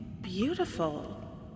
Beautiful